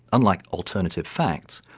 unlike alternative facts,